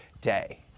day